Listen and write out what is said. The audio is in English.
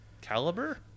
caliber